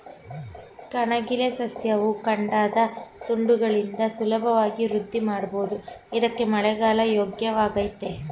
ಕಣಗಿಲೆ ಸಸ್ಯವನ್ನು ಕಾಂಡದ ತುಂಡುಗಳಿಂದ ಸುಲಭವಾಗಿ ವೃದ್ಧಿಮಾಡ್ಬೋದು ಇದ್ಕೇ ಮಳೆಗಾಲ ಯೋಗ್ಯವಾಗಯ್ತೆ